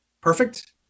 perfect